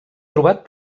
trobat